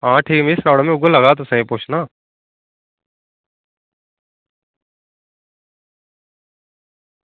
आं ठीक ऐ मिगी सनाना आं में उऐ लग्गी पेआ सनाना